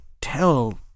tell